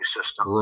System